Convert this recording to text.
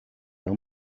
tell